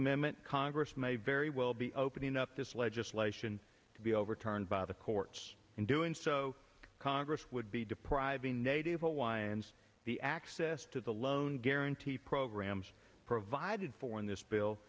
amendment congress may very well be opening up this legislation to be overturned by the courts in doing so congress would be depriving native hawaiians the access to the loan guarantee programs provided for in this bill